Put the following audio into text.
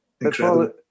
Incredible